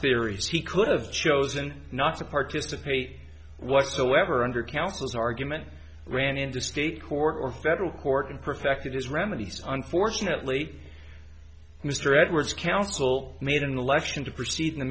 theories he could have chosen not to participate whatsoever undercount his argument ran into state court or federal court in perfected his remedies unfortunately mr edwards counsel made an election to proceed in the